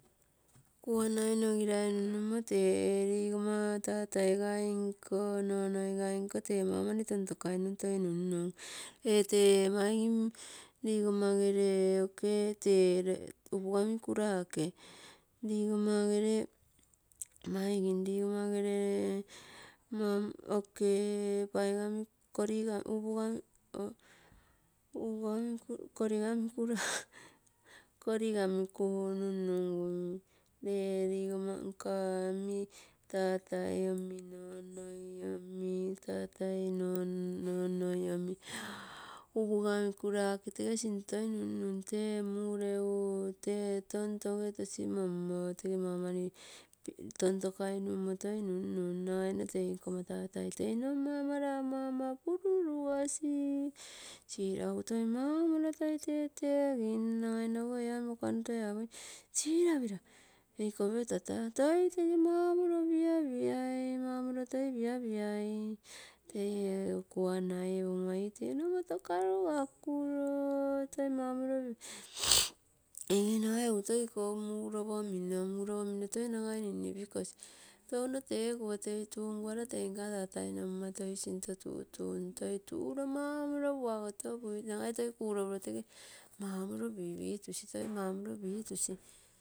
Kuanainogirai nunnunmo tee ee ligoma tatai gai nko nonoi nko tee maumani tontokoi num toi nunnum, ee tee maigin ligomagere oke tee upugani ku rake, ligamagere, maigin ligomagere, moo oke, paiga, ni, korigamin, upugamin, oge upugami, ogee korigamiku nunnungui. Lee ligoma nka omi tatai omi, nonoi omi, tatainonoiomi upugamiku lake tege sinto toi nunnum. Tee mureugu, tee tontoge toi tosimommo, tege maumani tontokainummo toi nunnum, nagaino tei nka tatai toi nomma tei mara, ama ama pururugasi, siraugu toi maumorilo tetegim, nagainogo toi pai moka nu toi apum silopira, eikopiro tata toi tege mau moliro piapiai, mau morilo toi piapiai, tei kuanai ee pogomma ii nomoto karugakuro toi mau, nege nagai toi ikou muropomino. Muropomino ikou ninnipikosi nege tou tekuo, tei tunnguara tei nonma nka tatai toi sinto tutumm toi turo mau maliro puagotopui nagai toi kolo puro tege mau moliro pitusi, tege pipitusi.